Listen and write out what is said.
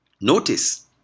Notice